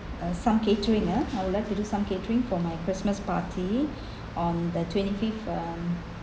uh some catering ah I would like to do some catering for my christmas party on the twenty fifth um